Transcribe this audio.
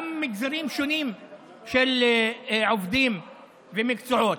גם מגזרים שונים של עובדים ומקצועות.